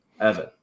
Evan